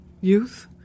youth